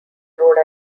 rhode